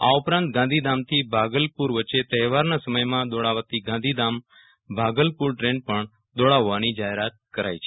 આ ઉપરાંત ગાંધીધામથી ભાગલપુર વચ્ચે તહેવારના સમયમાં દોડાવાતી ગાંધીધામ ભાગલપુર ટ્રેન પણ દોડાવવાની જાહેરાત કરાઈ છે